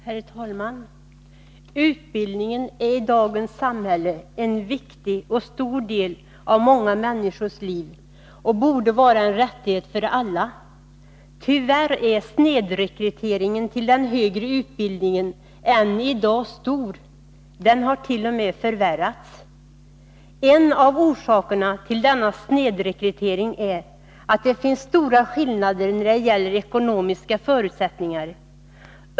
Herr talman! Utbildningen är i dagens samhälle en viktig och stor del av många människors liv, och den borde vara en rättighet för alla. Tyvärr är snedrekryteringen till den högre utbildningen än i dag stor — den hart.o.m. förvärrats. En av orsakerna till denna snedrekrytering är att det finns stora skillnader när det gäller ekonomiska förutsättningar.